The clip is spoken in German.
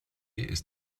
ist